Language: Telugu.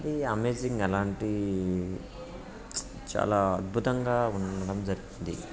అది అమేజింగ్ అలాంటి చాలా అద్భుతంగా ఉండడం జరిగింది